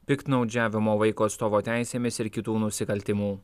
piktnaudžiavimo vaiko atstovo teisėmis ir kitų nusikaltimų